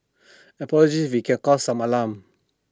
apologies if we can caused some alarm